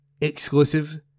Exclusive